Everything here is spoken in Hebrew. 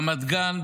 רמת גן,